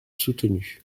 soutenue